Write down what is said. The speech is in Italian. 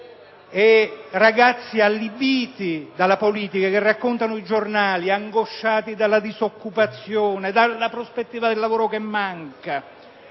Ragazzi allibiti dalla politica, che raccontano ai giornali di essere angosciati dalla disoccupazione, dalla prospettiva del lavoro che manca.